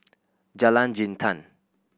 Jalan Jintan